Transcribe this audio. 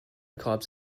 cobs